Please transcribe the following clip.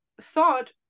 thought